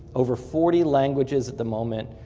over forty languages at the moment,